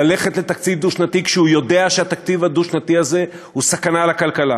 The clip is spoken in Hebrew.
ללכת לתקציב דו-שנתי כשהוא יודע שהתקציב הדו-שנתי הזה הוא סכנה לכלכלה,